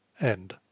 End